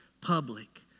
public